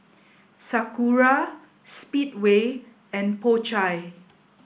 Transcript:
Sakura Speedway and Po Chai